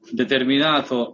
determinato